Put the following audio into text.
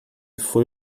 foi